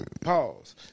Pause